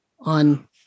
on